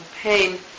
pain